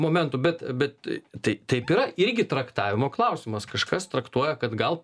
momentų bet bet tai taip yra irgi traktavimo klausimas kažkas traktuoja kad gal